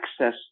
access